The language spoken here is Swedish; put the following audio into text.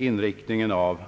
Inriktningen av